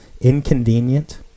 inconvenient